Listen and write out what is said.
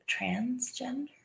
transgender